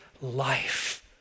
life